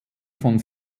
von